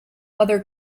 other